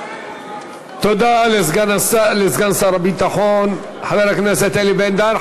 תודה לסגן שר הביטחון חבר הכנסת אלי בן-דהן.